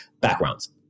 backgrounds